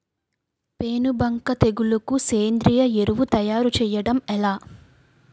పేను బంక తెగులుకు సేంద్రీయ ఎరువు తయారు చేయడం ఎలా?